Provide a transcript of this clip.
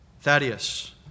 Thaddeus